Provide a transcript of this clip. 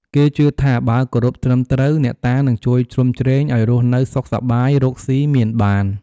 គេជឿថាបើគោរពត្រឹមត្រូវ អ្នកតានឹងជួយជ្រោមជ្រែង ឱ្យរស់នៅសុខសប្បាយ រកស៊ីមានបាន។